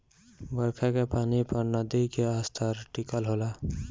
बरखा के पानी पर नदी के स्तर टिकल होला